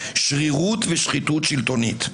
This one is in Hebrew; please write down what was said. שרירות ושחיתות שלטונית.